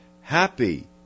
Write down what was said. Happy